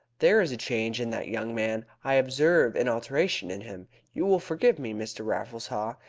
there is a change in that young man. i observe an alteration in him. you will forgive me, mr. raffles haw,